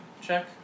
check